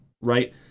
right